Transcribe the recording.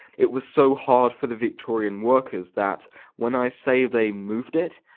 it was so hard for the victorian workers that when i say they moved it,